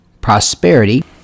prosperity